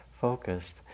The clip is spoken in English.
focused